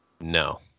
No